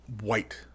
white